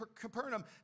Capernaum